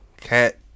Cat